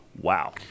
wow